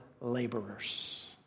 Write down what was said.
laborers